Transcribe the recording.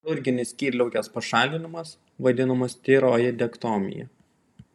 chirurginis skydliaukės pašalinimas vadinamas tiroidektomija